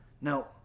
Now